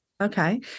Okay